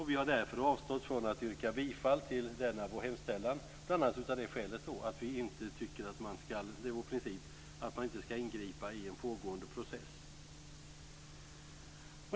Vi har därför avstått från att yrka bifall till denna vår hemställan av bl.a. det skälet och att vi inte tycker att man ska ingripa i en pågående process.